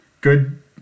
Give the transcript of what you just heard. good